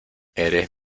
eres